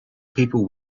people